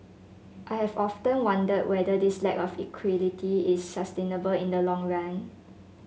I have often wondered whether this lack of equity is sustainable in the long run